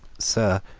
sir,